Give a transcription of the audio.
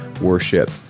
worship